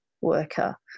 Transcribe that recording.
worker